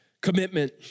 Commitment